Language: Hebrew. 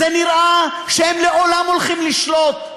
זה נראה שהם לעולם הולכים לשלוט.